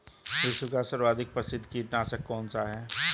विश्व का सर्वाधिक प्रसिद्ध कीटनाशक कौन सा है?